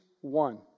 one